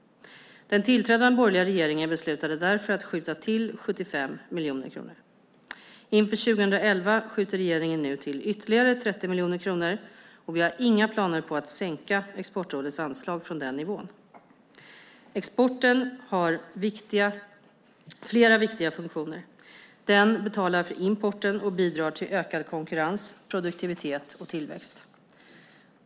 Den tillträdande borgerliga regeringen beslutade därför att skjuta till 75 miljoner kronor. Inför 2011 skjuter regeringen nu till ytterligare 30 miljoner kronor, och vi har inga planer på att sänka Exportrådets anslag från den nivån. Exporten har flera viktiga funktioner. Den betalar för importen och bidrar till ökad konkurrens, produktivitet och tillväxt.